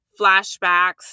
flashbacks